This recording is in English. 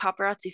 paparazzi